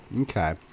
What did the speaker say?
Okay